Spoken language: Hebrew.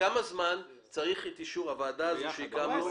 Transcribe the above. כמה זמן צריך את אישור הוועדה הזאת שהקמנו?